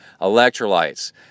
electrolytes